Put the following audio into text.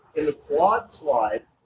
in the quad slide,